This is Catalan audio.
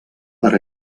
per